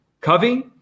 Covey